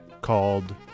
called